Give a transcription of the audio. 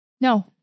No